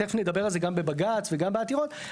תכף נדבר על זה גם בבג"ץ וגם בעתירות,